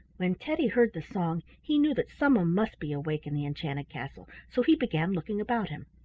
when teddy heard the song, he knew that someone must be awake in the enchanted castle, so he began looking about him.